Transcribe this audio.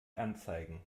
anzeigen